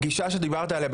הפגישה שדיברת עליה,